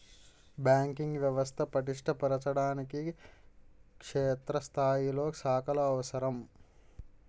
banking వ్యవస్థ పటిష్ట పరచడానికి క్షేత్రస్థాయిలో శాఖలు అవసరం